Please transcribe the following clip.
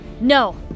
No